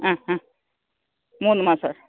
ആ ഹാ മൂന്ന് മാസമോ